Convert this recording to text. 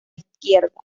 izquierda